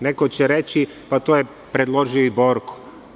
Neko će reći, pa to je predložio i Borko.